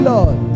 Lord